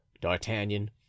D'Artagnan